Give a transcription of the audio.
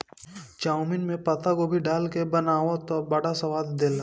chowmein में पातगोभी डाल के बनावअ तअ बड़ा स्वाद देला